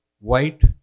white